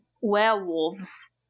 werewolves